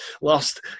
lost